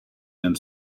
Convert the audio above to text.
and